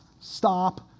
stop